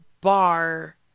bar